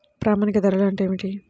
ప్రామాణిక ధరలు అంటే ఏమిటీ?